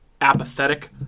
apathetic